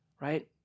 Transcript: right